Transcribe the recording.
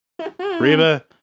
Reba